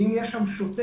ואם יהיה שם שוטר,